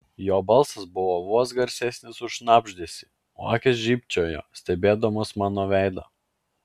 jo balsas buvo vos garsesnis už šnabždesį o akys žybčiojo stebėdamos mano veidą